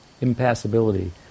Impassibility